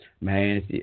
man